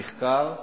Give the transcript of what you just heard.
המחקר,